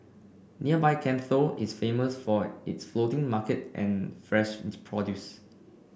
nearby Can Tho is famous for its floating market and fresh produce